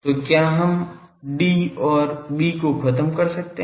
तो क्या हम D और B को खत्म कर सकते हैं